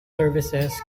services